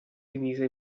rimise